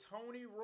Tony